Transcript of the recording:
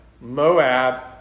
Moab